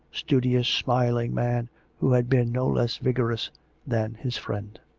studious, smiling man who had been no less vigorous than his friend.